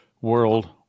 world